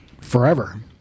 forever